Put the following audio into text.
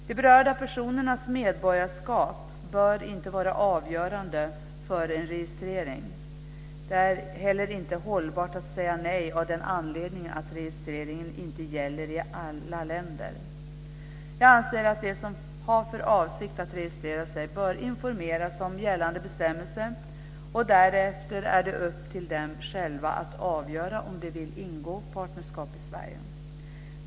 De berörda personernas medborgarskap bör inte vara avgörande för en registrering. Det är inte heller hållbart att säga nej av den anledningen att registreringen inte gäller i alla länder. Jag anser att de som har för avsikt att registrera sig bör informeras om gällande bestämmelser. Därefter är det upp till dem själva att avgöra om de vill ingå partnerskap i Sverige.